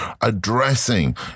addressing